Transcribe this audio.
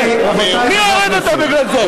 מי הוריד אותה בגלל זה?